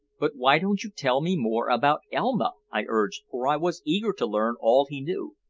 but why don't you tell me more about elma? i urged, for i was eager to learn all he knew.